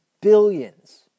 Billions